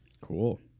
Cool